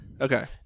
Okay